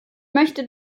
möchte